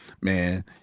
man